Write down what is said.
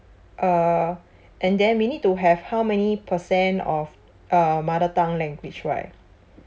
uh and then we need to have how many percent of uh mother tongue language right